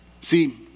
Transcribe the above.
See